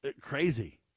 crazy